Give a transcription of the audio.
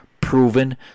proven